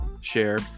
share